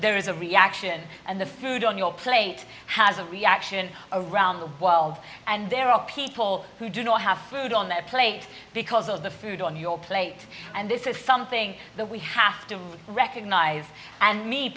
there is a reaction and the food on your plate has a reaction around the world and there are people who do not have food on their plate because of the food on your plate and this is something that we have to really recognize and me